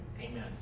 Amen